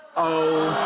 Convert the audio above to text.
oh,